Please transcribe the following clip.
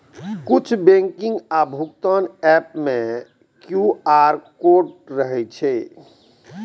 किछु बैंकिंग आ भुगतान एप मे क्यू.आर कोड रहै छै